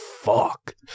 fuck